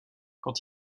quand